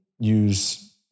Use